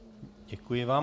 Děkuji vám.